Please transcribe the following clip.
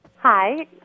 Hi